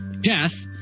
Death